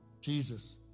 Jesus